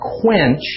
quench